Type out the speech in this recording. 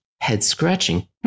head-scratching